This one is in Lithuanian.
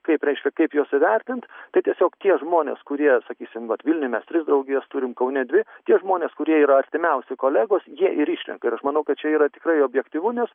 kaip reiškia kaip juos įvertint tai tiesiog tie žmonės kurie sakysim vat vilniuj mes tris draugijas turim kaune dvi tie žmonės kurie yra artimiausi kolegos jie ir išrenka ir aš manau kad čia yra tikrai objektyvu nes